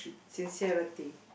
sincerity